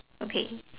okay